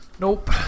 Nope